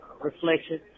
reflection